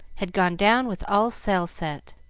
had gone down with all sail set.